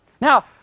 Now